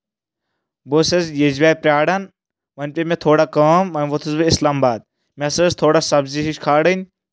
بہٕ ٲسٕس یجبیارِ پیاران وۄنۍ پیٚیہِ مےٚ تھوڑا کٲم وۄنۍ وۄتُس بہٕ اسلام آباد مےٚ ہسا ٲس تھوڑا سبزی ہِش کھالٕنۍ